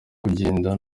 kugenda